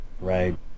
right